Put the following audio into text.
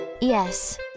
Yes